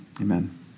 Amen